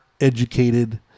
educated